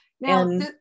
Now